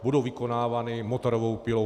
Budou vykonávány motorovou pilou.